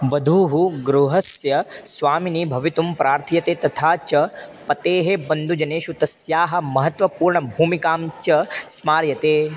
वधूः गृहस्य स्वामिनी भवितुं प्रार्थ्यते तथा च पतेः बन्धुजनेषु तस्याः महत्वपूर्णभूमिकां च स्मार्यते